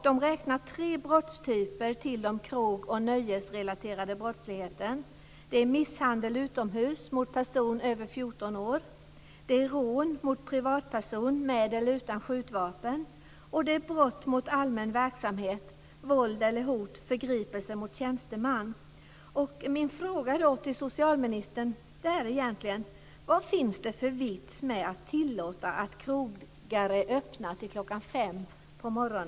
De räknar tre brottstyper till den krog och nöjesrelaterade brottsligheten. Det är misshandel utomhus mot personer över 14 år. Det är rån mot privatpersoner med eller utan skjutvapen, och det är brott mot allmän verksamhet, våld, hot eller förgripelse mot tjänsteman.